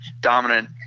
dominant